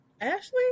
Ashley